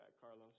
Carlos